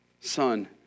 Son